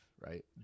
right